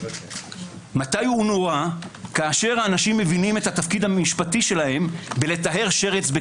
מתי הוא נורא כשהאנשים מבינים את תפקידם המשפטי בלטהר שרץ.